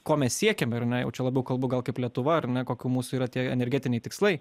ko mes siekiam ar ne jau čia labiau kalbu gal kaip lietuva ar ne kokių mūsų yra tie energetiniai tikslai